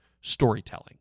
storytelling